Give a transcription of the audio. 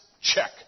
check